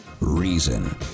reason